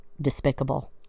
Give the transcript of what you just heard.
despicable